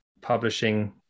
publishing